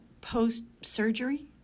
post-surgery